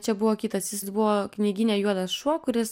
čia buvo kitas jis buvo knygyne juodas šuo kuris